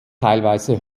teilweise